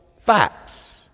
facts